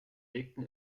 legten